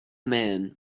man